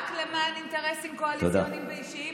למען אינטרסים קואליציוניים ואישיים?